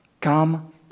come